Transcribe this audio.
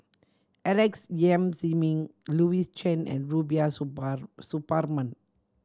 Alex Yam Ziming Louis Chen and Rubiah Suparman